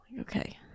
Okay